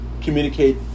communicate